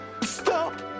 Stop